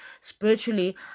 spiritually